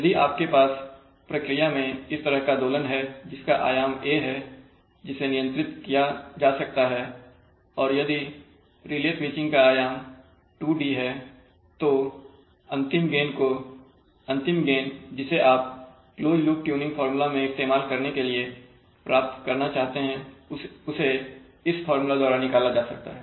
यदि आपके पास प्रक्रिया में इस तरह का दोलन है जिसका आयाम a है जिसे नियंत्रित किया जा सकता है और यदि रिले स्विचिंग का आयाम 2d है तो अंतिम गेन जिसे आप क्लोज लूप ट्यूनिंग फार्मूला मैं इस्तेमाल करने के लिए प्राप्त करना चाहते हैं उसे इस फार्मूला द्वारा निकाला जा सकता है